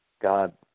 God